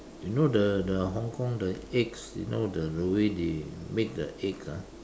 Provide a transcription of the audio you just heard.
you know the the Hong-Kong the eggs you know the the way they make the egg ah